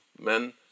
men